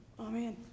Amen